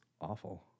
awful